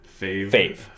fave